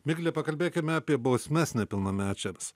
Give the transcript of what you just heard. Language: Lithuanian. migle pakalbėkime apie bausmes nepilnamečiams